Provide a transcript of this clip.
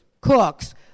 cooks